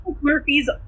Murphys